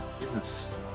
yes